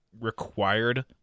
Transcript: required